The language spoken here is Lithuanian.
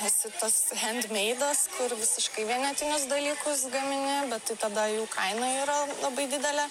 esi tas hendmeidas kur visiškai vienetinius dalykus gamini bet tai tada jų kaina yra labai didelė